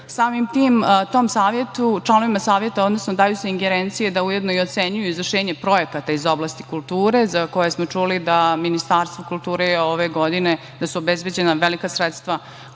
tim, članovima Saveta daju se ingerencije da ujedno i ocenjuju izvršenje projekata iz oblasti kulture, za koje smo čuli da Ministarstvo kulture je ove godine, da su obezbeđena velika sredstva